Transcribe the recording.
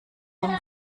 zum